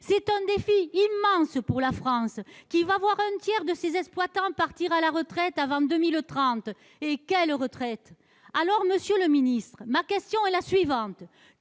C'est un défi immense pour la France, qui va voir un tiers de ses exploitants partir à la retraite avant 2030- et quelle retraite ! Aussi, ma question est la suivante